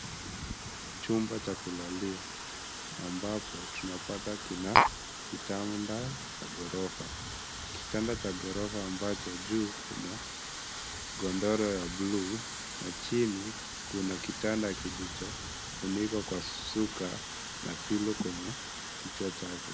Chumba cha kulalia ambapo tunapata kina kitanda cha ghorofa. Kitanda cha ghorofa ambacho juu kuna godoro ya buluu na chini kuna kitanda kilichofunikwa kwa shuka na pillow kwenye kichwa chake.